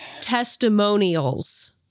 testimonials